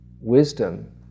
wisdom